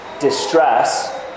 distress